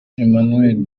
emmanuel